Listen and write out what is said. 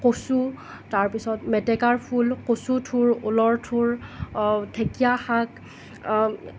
কচু তাৰপিছত মেটেকাৰ ফুল কচু থুৰ ওলৰ থুৰ ঢেঁকীয়া শাক